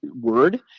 word